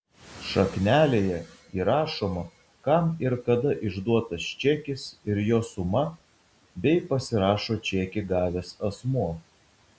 šaknelėje įrašoma kam ir kada išduotas čekis ir jo suma bei pasirašo čekį gavęs asmuo